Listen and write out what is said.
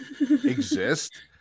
exist